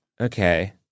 Okay